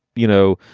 you know,